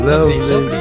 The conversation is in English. Lovely